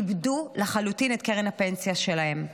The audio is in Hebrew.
איבדו לחלוטין את קרן הפנסיה שלהם.